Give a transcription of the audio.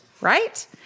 right